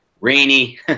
rainy